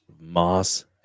Moss